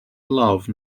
love